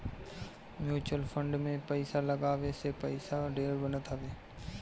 mutual fund में पईसा लगावे से पईसा ढेर बनत हवे